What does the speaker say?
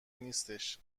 نیستش